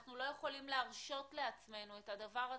אנחנו לא יכולים להרשות לעצמנו את הדבר הזה.